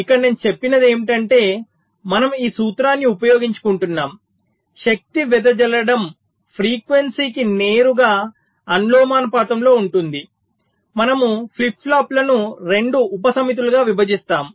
ఇక్కడ నేను చెప్పినది ఏమిటంటే మనము ఈ సూత్రాన్ని ఉపయోగించుకుంటున్నాము శక్తి వెదజల్లడం ఫ్రీక్వెన్సీకి నేరుగా అనులోమానుపాతంలో ఉంటుంది మనము ఫ్లిప్ ఫ్లాప్లను 2 ఉపసమితులుగా విభజిస్తాము